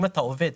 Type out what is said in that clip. ישראליות.